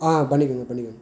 ஆ பண்ணிக்கோங்க பண்ணிக்கோங்க